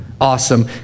Awesome